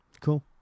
Cool